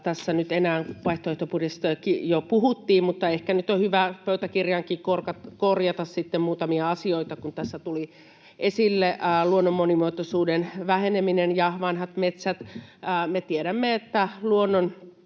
tässä nyt enää, vaihtoehtobudjetistakin jo puhuttiin. Mutta ehkä nyt on hyvä pöytäkirjaankin korjata muutamia asioita, kun tässä tulivat esille luonnon monimuotoisuuden väheneminen ja vanhat metsät. Me tiedämme, että luonnon